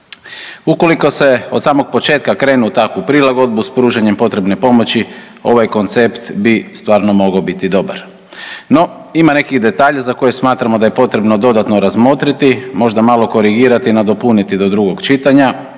Ukoliko se od samog početka krene u takvu prilagodbu s pružanjem potrebne pomoći ovaj koncept bi stvarno mogao biti dobar. No ima nekih detalja za koje smatramo da je potrebno dodatno razmotriti, možda malo korigirati i nadopuniti do drugog čitanja.